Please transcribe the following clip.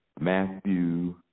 Matthew